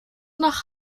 nach